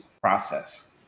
process